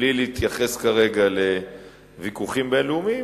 בלי להתייחס כרגע לוויכוחים בין-לאומיים,